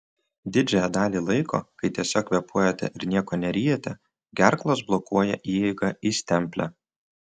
didžiąją dalį laiko kai tiesiog kvėpuojate ir nieko neryjate gerklos blokuoja įeigą į stemplę